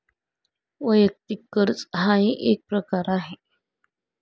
वैयक्तिक कर्ज हाही एक प्रकार आहे